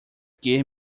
gave